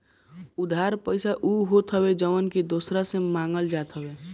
उधार पईसा उ होत हअ जवन की दूसरा से मांगल जात हवे